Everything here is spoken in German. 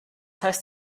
heißt